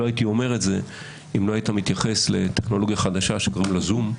לא הייתי אומר את זה אם לא היית מתייחס לטכנולוגיה חדשה שקוראים לה זום.